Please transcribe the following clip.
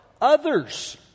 others